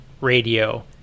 radio